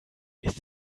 ist